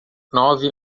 nove